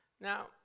Now